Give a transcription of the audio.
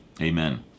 Amen